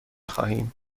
خواهیم